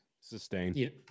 sustain